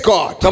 God